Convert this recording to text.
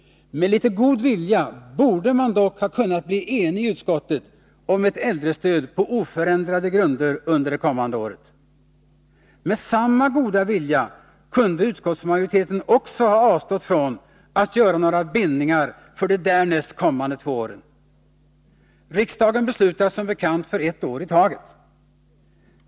Med litet god vilja borde man dock ha kunnat bli enig i utskottet om ett äldrestöd på oförändrade grunder under det kommande året. Med samma goda vilja kunde utskottsmajoriteten också ha avstått från att göra några bindningar för de därnäst kommande två åren. Riksdagen beslutar som bekant för ett år i taget.